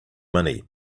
money